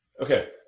Okay